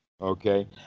Okay